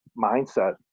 mindset